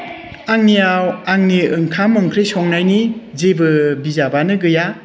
आंनियाव आंनि ओंखाम ओंख्रि संनायनि जेबो बिजाबानो गैया